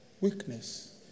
weakness